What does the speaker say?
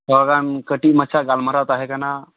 ᱛᱷᱚᱲᱟ ᱜᱟᱱ ᱠᱟᱹᱴᱤᱡ ᱢᱟᱪᱷᱟ ᱜᱟᱞᱢᱟᱨᱟᱣ ᱛᱟᱦᱮᱸ ᱠᱟᱱᱟ